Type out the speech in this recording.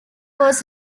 was